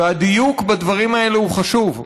והדיוק בדברים האלה הוא חשוב.